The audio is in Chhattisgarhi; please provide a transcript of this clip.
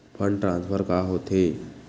फंड ट्रान्सफर का होथे?